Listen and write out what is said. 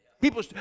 People